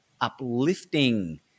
uplifting